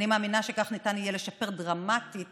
אני מאמינה שכך ניתן יהיה לשפר דרמטית